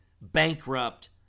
bankrupt